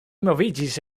moviĝis